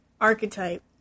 archetype